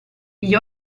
gli